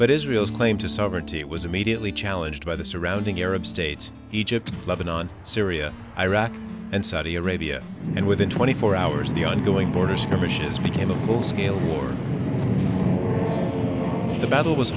but israel's claim to sovereignty was immediately challenged by the surrounding arab states egypt lebanon syria iraq and saudi arabia and within twenty four hours the ongoing border skirmishes became a full scale war the battle was